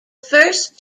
first